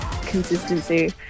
consistency